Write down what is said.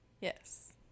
Yes